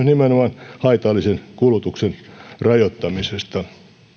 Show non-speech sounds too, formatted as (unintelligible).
(unintelligible) nimenomaan haitallisen kulutuksen rajoittamisesta